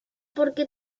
porque